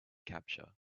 capture